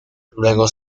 luego